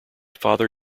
father